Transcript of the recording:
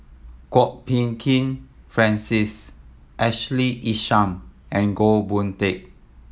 Kwok Peng Kin Francis Ashley Isham and Goh Boon Teck